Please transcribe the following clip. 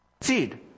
Seed